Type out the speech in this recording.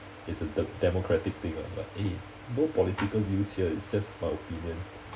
it's a d~ democratic thing ah but eh both political views here it's just my opinion